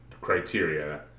criteria